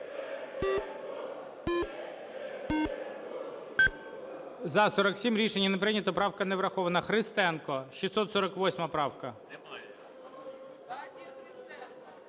За-47 Рішення не прийнято. Правка не врахована. Христенко, 648 правка.